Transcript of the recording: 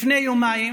לפני יומיים